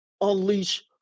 unleash